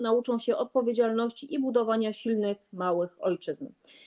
Nauczą się odpowiedzialności i budowania silnych małych ojczyzn.